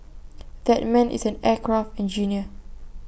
that man is an aircraft engineer